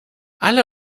alle